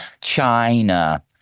China